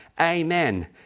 Amen